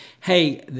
hey